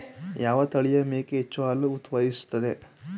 ಯಾವ ತಳಿಯ ಮೇಕೆ ಹೆಚ್ಚು ಹಾಲು ಉತ್ಪಾದಿಸುತ್ತದೆ?